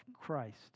Christ